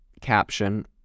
caption